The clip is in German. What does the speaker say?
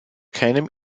keinem